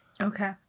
Okay